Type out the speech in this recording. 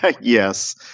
Yes